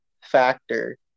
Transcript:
factor